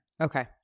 Okay